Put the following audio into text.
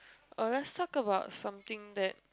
oh let's talk about something that